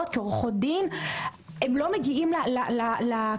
וכעורכות דין אבל הם לא מגיעים לקהל,